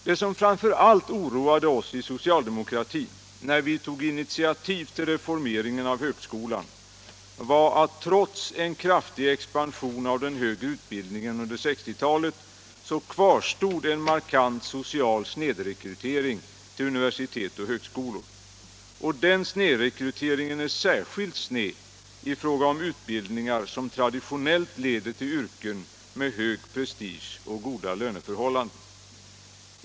Det som framför allt oroade oss inom socialdemokratin när vi tog initiativ till reformeringen av högskolan var att trots en kraftig expansion av den högre utbildningen under 1960-talet kvarstod en markant social snedrekrytering till universitet och högskolor. Och den snedrekryteringen är särskilt sned i fråga om utbildningar som traditionellt leder till yrken med hög prestige och goda löneförhållanden.